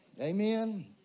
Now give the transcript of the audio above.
Amen